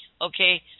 okay